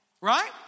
right